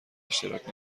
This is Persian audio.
اشتراک